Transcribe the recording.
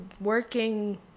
working